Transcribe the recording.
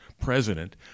president